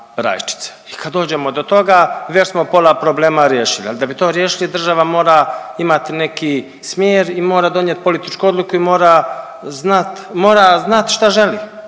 i kad dođemo do toga već smo pola problema riješili ali da bi to riješili, država mora imati neki smjer i mora donijet političku odluku i mora znat, mora